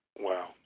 Wow